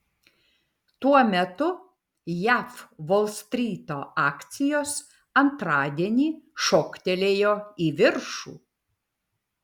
tuo metu jav volstryto akcijos antradienį šoktelėjo į viršų